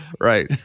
Right